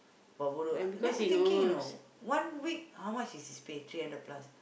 buat bodoh then I thinking you know one week how much is his pay three hundred plus